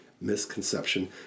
Misconception